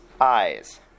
eyes